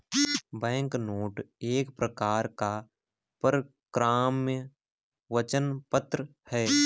banknote एक प्रकार का परक्राम्य वचन पत्र है